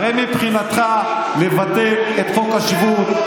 הרי מבחינתך לבטל את חוק השבות.